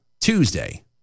Tuesday